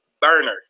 burner